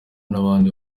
n’abandi